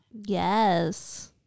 Yes